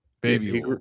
baby